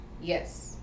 Yes